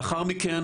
לאחר מכן,